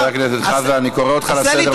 חבר הכנסת חזן, אני קורא אותך לסדר פעם ראשונה.